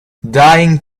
dying